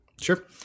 Sure